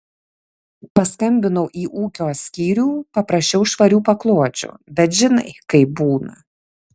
paskambinau į ūkio skyrių paprašiau švarių paklodžių bet žinai kaip būna